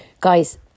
Guys